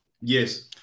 Yes